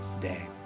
day